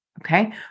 Okay